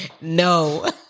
No